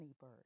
bird